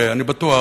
ואני בטוח